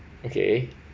okay